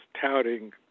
touting